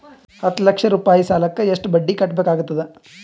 ಹತ್ತ ಲಕ್ಷ ರೂಪಾಯಿ ಸಾಲಕ್ಕ ಎಷ್ಟ ಬಡ್ಡಿ ಕಟ್ಟಬೇಕಾಗತದ?